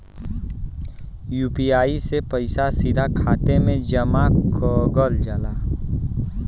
UPI से पइसा सीधा खाते में जमा कगल जाला